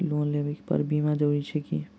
Loan लेबऽ पर बीमा जरूरी छैक की?